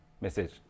message